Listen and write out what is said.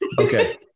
Okay